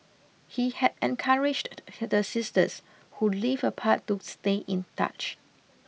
he had encouraged the sisters who lived apart to stay in touch